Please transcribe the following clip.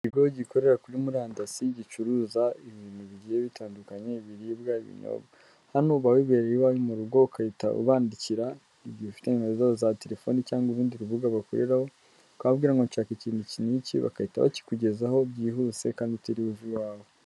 Ikigo gikorera kuri murandasi gicuruza ibintu bigiye bitandukanye, ibiribwa, ibinyobwa, hano uba wibera iwawe mu rugo ugahita ubandikira, igihe ufite nimero zabo za telefoni cyangwa urundi rubuga bakoreraraho, ukababwira ngo ndashaka ikintu iki n'iki bagahita bakikugezaho byihuse kandi utiriwe uva iwawe.